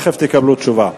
מייד תקבלו תשובה.